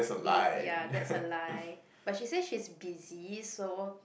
we ya that's a lie but she said she is busy so